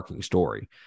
story